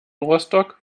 rostock